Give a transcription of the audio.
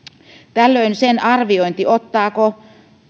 tällöin sen arviointi ottaako